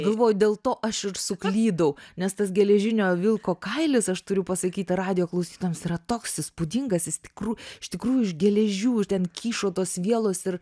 galvoju dėl to aš ir suklydau nes tas geležinio vilko kailis aš turiu pasakyti radijo klausytojams yra toks įspūdingas jis tikrų iš tikrųjų iš geležių ir ten kyšo tos vielos ir